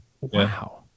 Wow